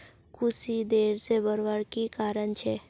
कुशी देर से बढ़वार की कारण छे?